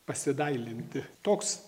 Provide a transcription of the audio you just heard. pasidailinti toks